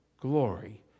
glory